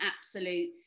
absolute